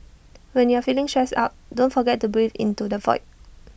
when you are feeling stressed out don't forget to breathe into the void